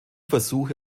versuche